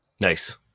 Nice